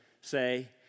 say